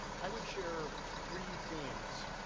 i would share three themes,